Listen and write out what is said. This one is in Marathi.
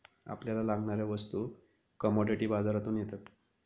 आपल्याला लागणाऱ्या वस्तू कमॉडिटी बाजारातून येतात